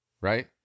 right